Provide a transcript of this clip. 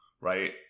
right